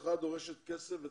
הנצחה דורשת כסף ותקציבים.